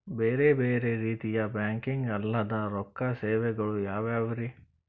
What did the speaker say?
ಬೇರೆ ಬೇರೆ ರೀತಿಯ ಬ್ಯಾಂಕಿಂಗ್ ಅಲ್ಲದ ರೊಕ್ಕ ಸೇವೆಗಳು ಯಾವ್ಯಾವ್ರಿ?